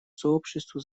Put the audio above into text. сообществу